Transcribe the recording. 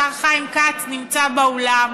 השר חיים כץ נמצא באולם,